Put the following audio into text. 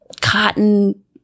cotton